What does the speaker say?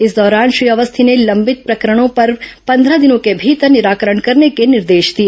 इस दौरान श्री अवस्थी ने लंबित प्रकरणों का पन्द्रह दिनों के भीतर निराकरण करने के निर्देश दिए